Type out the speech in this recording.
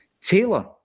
Taylor